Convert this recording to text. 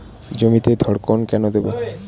জমিতে ধড়কন কেন দেবো?